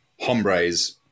Hombres